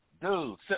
Dude